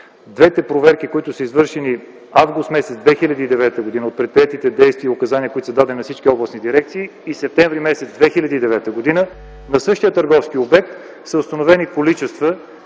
Двете проверки, които са извършени м. август 2009 г. с предприетите действия по указания, които се дадоха на всички областни дирекции, и м. септември 2009 г., на същия търговски обект са установени количества